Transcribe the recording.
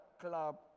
Club